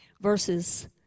verses